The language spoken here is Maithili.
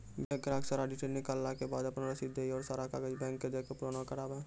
बैंक ग्राहक के सारा डीटेल निकालैला के बाद आपन रसीद देहि और सारा कागज बैंक के दे के पुराना करावे?